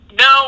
No